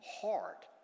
heart